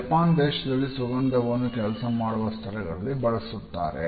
Japan ದೇಶದಲ್ಲಿ ಸುಗಂಧವನ್ನು ಕೆಲಸ ಮಾಡುವ ಸ್ಥಳಗಳಲ್ಲಿ ಬಳಸುತ್ತಾರೆ